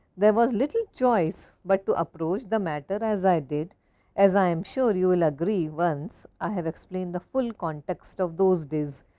there was little choice but to approach the matter as i did as i am sure you will agree once i have explained the full context of those days.